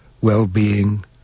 well-being